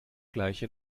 gleiche